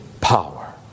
power